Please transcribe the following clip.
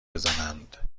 بزنند